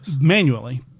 manually